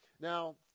now